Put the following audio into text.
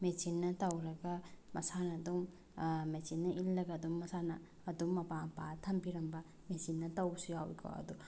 ꯃꯦꯆꯤꯟꯅ ꯇꯧꯔꯒ ꯃꯁꯥꯅ ꯑꯗꯨꯝ ꯃꯦꯆꯤꯟꯅ ꯏꯜꯂꯒ ꯑꯗꯨꯝ ꯃꯁꯥꯅ ꯑꯗꯨꯝ ꯃꯄꯥ ꯃꯄꯥꯗ ꯊꯝꯕꯤꯔꯝꯕ ꯃꯦꯆꯤꯟꯅ ꯇꯧꯕꯁꯨ ꯌꯥꯎꯏꯀꯣ ꯑꯗꯨ